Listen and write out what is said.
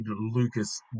Lucas